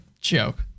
joke